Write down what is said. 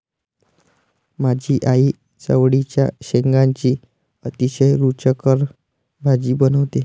माझी आई चवळीच्या शेंगांची अतिशय रुचकर भाजी बनवते